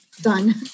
done